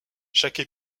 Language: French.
chaque